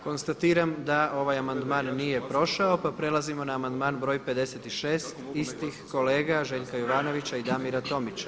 Konstatiram da ovaj amandman nije prošao pa prelazimo na amandman broj 56 istih kolega Željka Jovanovića i Damira Tomića.